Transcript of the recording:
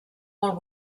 molt